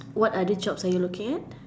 what other jobs are you looking at